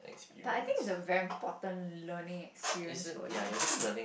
but I think it's a very important learning experience for you